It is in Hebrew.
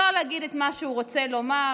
לא להגיד את מה שהוא רוצה לומר,